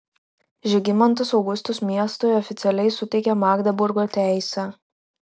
žygimantas augustas miestui oficialiai suteikė magdeburgo teisę